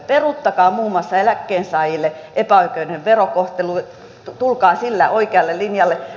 peruuttakaa muun muassa eläkkeensaajien epäoikeudenmukainen verokohtelu tulkaa sillä oikealle linjalle